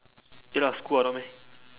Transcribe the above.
ya lah school ah no meh